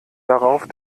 darauf